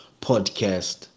podcast